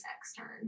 extern